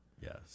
Yes